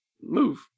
move